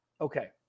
okay